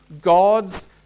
God's